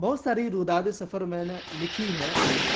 بہت ساری روداد سفر میں نے لکھی ہے